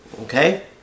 Okay